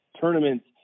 tournaments